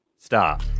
Stop